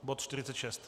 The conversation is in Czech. Bod 46.